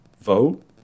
vote